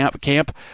camp